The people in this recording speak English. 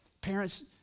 Parents